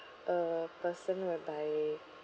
a person whereby